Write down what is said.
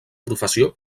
professió